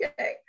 Okay